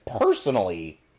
personally